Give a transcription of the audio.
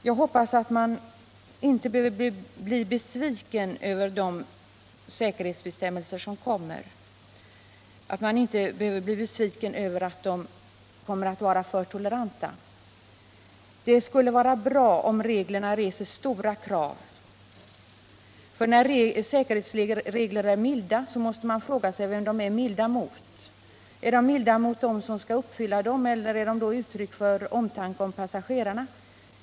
Jag hoppas att man inte behöver bli besviken över att säkerhetsbestämmelserna kommer att vara alltför toleranta. Det skulle vara bra om reglerna reser stora krav, för när säkerhetsregler är milda måste man fråga sig vem de är milda mot. Är reglerna milda mot dem som skall uppfylla dem, eller ger de uttryck för omtanke om passagerarna?